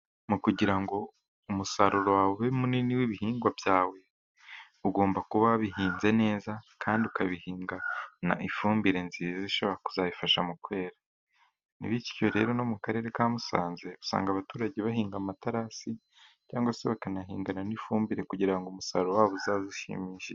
Mu kugira ngo umusaruro wawe ube munini w'ibihingwa byawe, ugomba kuba wa bihinze neza, kandi ukabihingana ifumbire nziza ishobora kuzabifasha mu kwera, bityo rero no mu karere ka Musanze usanga abaturage bahinga amaterasi, cyangwa se bakanahingana n'ifumbire kugira ngo umusaruro wabo uzaze ushimishije.